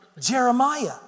Jeremiah